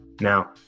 Now